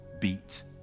beat